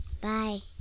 bye